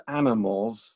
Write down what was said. animals